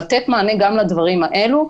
לתת מענה גם לדברים האלה,